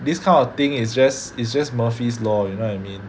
this kind of thing is just is just Murphy's law you know what I mean